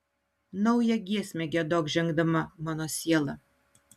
naują giesmę giedok žengdama mano siela